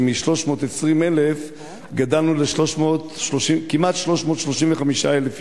שמ-320,000 גדלנו כמעט ל-335,000 יהודים.